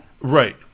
Right